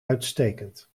uitstekend